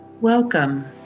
Welcome